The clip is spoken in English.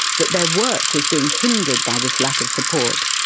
that their work was being hindered by this lack of support,